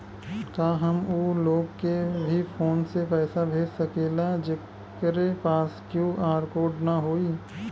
का हम ऊ लोग के भी फोन से पैसा भेज सकीला जेकरे पास क्यू.आर कोड न होई?